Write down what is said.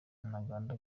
ntaganda